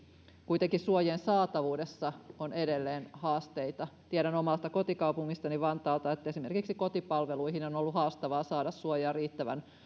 kuitenkin suojien saatavuudessa on edelleen haasteita tiedän omasta kotikaupungistani vantaalta että esimerkiksi kotipalveluihin on ollut haastavaa saada suojia riittävän